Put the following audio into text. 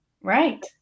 right